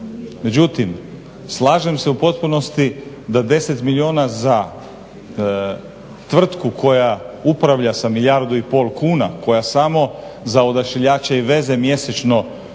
Međutim, slažem se u potpunosti da 10 milijuna za tvrtku koja upravlja sa milijardu i pol kuna koja samo za odašiljače i veze mjesečno treba